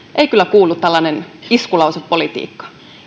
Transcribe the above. ei kyllä kuulu tällainen iskulausepolitiikka